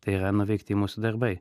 tai yra nuveikti mūsų darbai